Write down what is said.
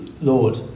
Lord